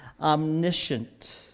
omniscient